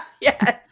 Yes